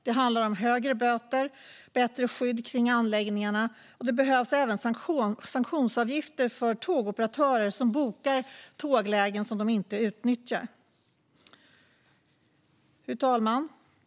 Det handlar om högre böter och bättre skydd kring anläggningarna. Det behövs även sanktionsavgifter för tågoperatörer som bokar tåglägen som de inte utnyttjar. Fru talman!